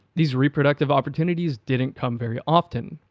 these reproductive opportunities didn't come very often.